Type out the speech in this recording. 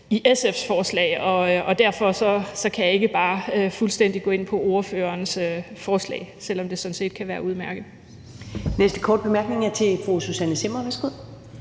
i SF's forslag, og derfor kan jeg ikke bare fuldstændig gå ind på ordførerens forslag, selv om det sådan set kan være udmærket. Kl. 19:03 Første næstformand (Karen